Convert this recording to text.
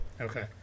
Okay